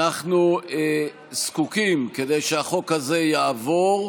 אנחנו זקוקים, כדי שהחוק הזה יעבור,